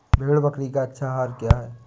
भेड़ बकरी का अच्छा आहार क्या है?